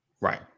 Right